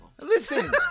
Listen